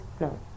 No